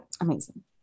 amazing